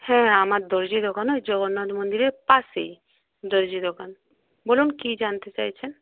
হ্যাঁ আমার দর্জি দোকান ওই জগন্নাথ মন্দিরের পাশেই দর্জি দোকান বলুন কী জানতে চাইছেন